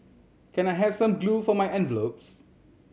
can I have some glue for my envelopes